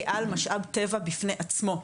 כעל משאב טבע בפני עצמו,